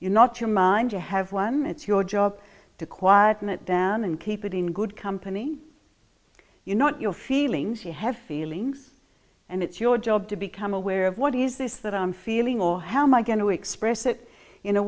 you're not your mind you have one it's your job to quieten it down and keep it in good company you're not your feelings you have feelings and it's your job to become aware of what is this that i'm feeling or how my going to express it in a